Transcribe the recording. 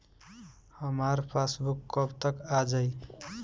हमार पासबूक कब तक आ जाई?